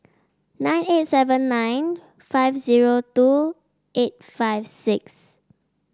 nine eight seven nine five zero two eight five six